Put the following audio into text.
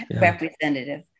representative